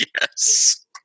yes